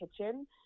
kitchen